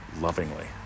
lovingly